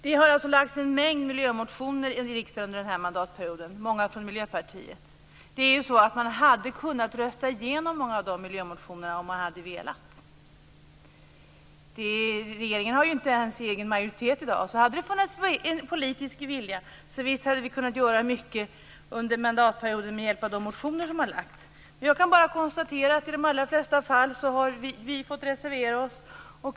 Det har alltså väckts en mängd miljömotioner i riksdagen under den här mandatperioden, många från Miljöpartiet. Man hade kunnat rösta igenom många av miljömotionerna om man hade velat. Regeringen har inte ens egen majoritet i dag. Så hade det funnits en politisk vilja hade vi visst kunnat göra mycket under mandatperioden med hjälp av de motioner som framlagts. Jag kan bara konstatera att vi i de allra flesta fall fått reservera oss.